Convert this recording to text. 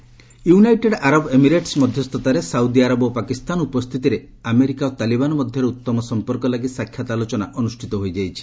UAE Afghan United Arab Emirates ମଧ୍ୟସ୍ଥତାରେ ସାଉଦିଆରବ ଓ ପାକିସ୍ତାନ ଉପସ୍ଥିତିରେ ଆମେରିକା ଓ ତାଲିବାନ ମଧ୍ୟରେ ଉତ୍ତମ ସମ୍ପର୍କ ଲାଗି ସାକ୍ଷାତ ଆଲୋଚନା ଅନୁଷ୍ଠିତ ହୋଇଯାଇଛି